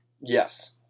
Yes